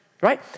right